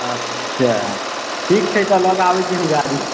अच्छा ठीक छै तऽ हम लऽ के आबैत छी हम गाड़ी